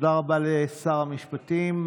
תודה רבה לשר המשפטים.